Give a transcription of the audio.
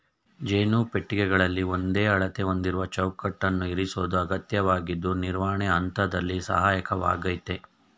ಜೇನು ಪೆಟ್ಟಿಗೆಗಳಲ್ಲಿ ಒಂದೇ ಅಳತೆ ಹೊಂದಿರುವ ಚೌಕಟ್ಟನ್ನು ಇರಿಸೋದು ಅಗತ್ಯವಾಗಿದ್ದು ನಿರ್ವಹಣೆ ಹಂತದಲ್ಲಿ ಸಹಾಯಕವಾಗಯ್ತೆ